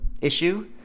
issue